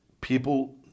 People